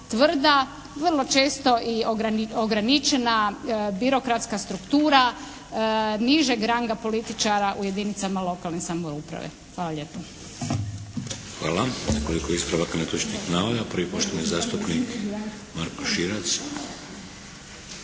tvrda, vrlo često i ograničena birokratska struktura nižeg ranga političara u jedinicama lokalne samouprave. Hvala lijepo. **Šeks, Vladimir (HDZ)** Hvala. Imamo nekoliko ispravaka netočnih navoda. Prvi je poštovani zastupnik Marko Širac.